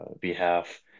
behalf